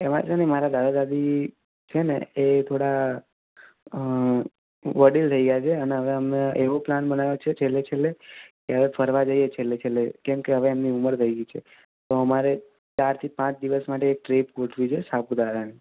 એમાં છે ને મારા દાદા દાદી છે ને એ થોડા વડીલ થઈ ગયાં છે અને હવે અમે એવો પ્લાન બનાવ્યો છે છેલ્લે છેલ્લે કે હવે ફરવા જઈએ છેલ્લે છેલ્લે કેમ કે હવે એમની ઉંમર થઈ ગઈ છે તો અમારે ચારથી પાંચ દિવસ માટે એક ટ્રીપ ગોઠવી છે સાપુતારાની